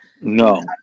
No